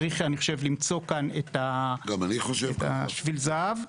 אני חושב שצריך למצוא כאן את שביל הזהב.